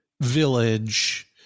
village